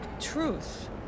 Truth